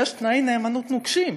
יש תנאי נאמנות נוקשים: